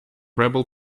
rebel